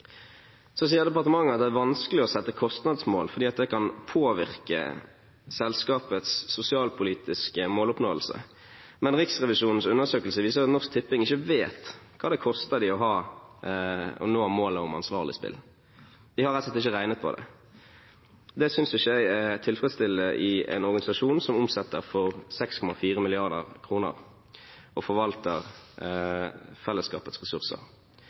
Så sier departementet at det er vanskelig å sette kostnadsmål, for det kan påvirke selskapets sosialpolitiske måloppnåelse. Men Riksrevisjonens undersøkelse viser at Norsk Tipping ikke vet hva det koster dem å nå målet om ansvarlig spill. De har rett og slett ikke regnet på det. Det synes ikke jeg er tilfredsstillende for en organisasjon som omsetter for 6,4 mrd. kr og forvalter fellesskapets ressurser.